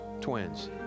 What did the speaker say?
twins